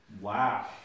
Wow